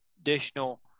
additional